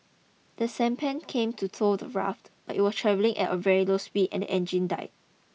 the sampan came to tow the raft but it was travelling at a very slow speed and the engine died